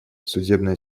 судебная